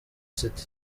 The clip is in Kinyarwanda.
city